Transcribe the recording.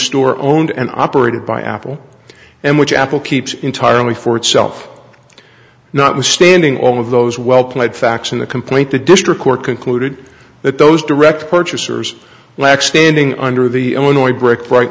store owned and operated by apple and which apple keeps entirely for itself notwithstanding all of those well played facts in the complaint the district court concluded that those direct purchasers lack standing under the illinois brick right